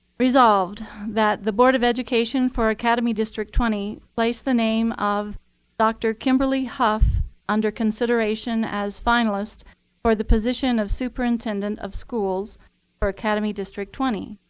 resolved that the board of education for academy district twenty place the name of dr. kimberly hough under consideration as finalist for the position of superintendent of schools for academy district twenty.